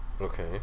Okay